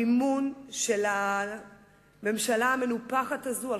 המימון של הממשלה המנופחת הזאת הוא על